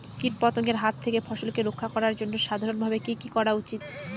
কীটপতঙ্গের হাত থেকে ফসলকে রক্ষা করার জন্য সাধারণভাবে কি কি করা উচিৎ?